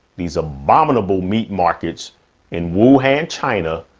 these abominable meat markets in wu han china,